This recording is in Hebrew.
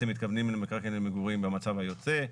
אתם מתכוונים למקרקעין למגורים במצב היוצא,